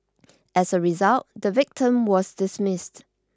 as a result the victim was dismissed